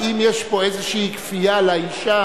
האם יש פה איזו כפייה על האשה?